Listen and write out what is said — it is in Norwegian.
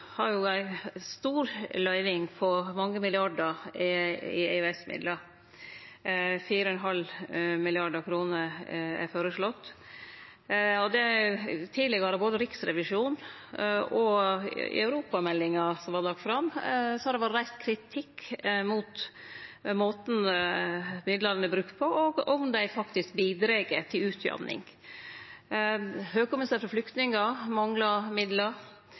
ei stor løyving på mange milliardar i EØS-midlar – 4,5 mrd. kr er føreslått. Tidlegare har det både frå Riksrevisjonen og i europameldinga som vart lagt fram, vorte reist kritikk mot måten bidraga er brukte på, og om dei faktisk bidreg til utjamning. Høgkommisæren for flyktningar manglar midlar.